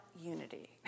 unity